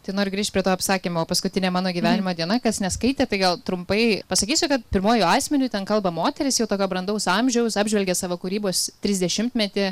tai noriu grįžt prie to apsakymo paskutinė mano gyvenimo diena kas neskaitė tai gal trumpai pasakysiu kad pirmuoju asmeniu ten kalba moteris jau tokio brandaus amžiaus apžvelgia savo kūrybos trisdešimtmetį